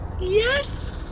Yes